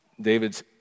David's